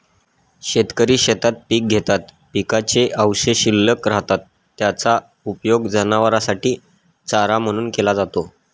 शेतकरी शेतात पिके घेतात, पिकाचे अवशेष शिल्लक राहतात, त्याचा उपयोग जनावरांसाठी चारा म्हणून केला जातो